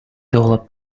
dollar